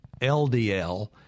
LDL